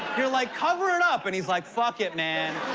you're like, cover it up. and he's like, fuck it, man.